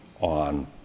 on